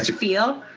feel.